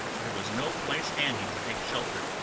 there was no place handy to take shelter,